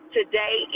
Today